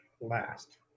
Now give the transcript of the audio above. last